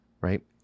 right